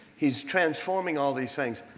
he's transforming all these things.